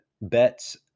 bets